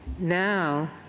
Now